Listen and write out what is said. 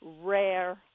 rare